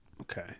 Okay